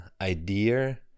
idea